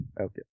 Okay